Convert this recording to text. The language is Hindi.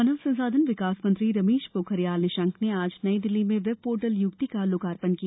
मानव संसाधन विकास मंत्री रमेश पोखरियाल निशंक ने आज नई दिल्ली में वेब पोर्टल युक्ति का लोकार्पण किया